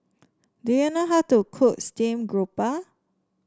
do you know how to cook steam grouper